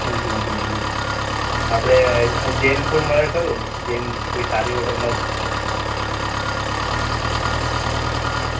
હમ હમ હમ હમ આપણે જૈન ફૂડ મળે ખરું જૈન કોઈ સારી હોટલમાં